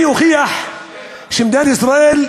אני אוכיח שמדינת ישראל,